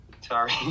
Sorry